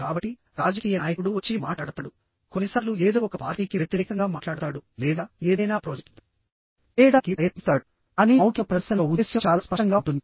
కాబట్టి రాజకీయ నాయకుడు వచ్చి మాట్లాడతాడు కొన్నిసార్లు ఏదో ఒక పార్టీకి వ్యతిరేకంగా మాట్లాడతాడు లేదా ఏదైనా ప్రొజెక్ట్ చేయడానికి ప్రయత్నిస్తాడు కానీ మౌఖిక ప్రదర్శనలో ఉద్దేశ్యం చాలా స్పష్టంగా ఉంటుంది